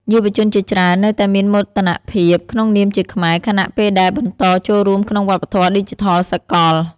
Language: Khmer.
យុវជនជាច្រើននៅតែមានមោទនភាពក្នុងនាមជាខ្មែរ ខណៈពេលដែលបន្តចូលរួមក្នុងវប្បធម៌ឌីជីថលសកល។